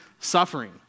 suffering